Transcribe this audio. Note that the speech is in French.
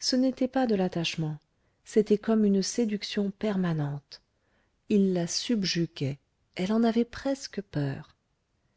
ce n'était pas de l'attachement c'était comme une séduction permanente il la subjuguait elle en avait presque peur